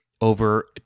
Over